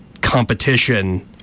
competition